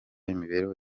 imibereho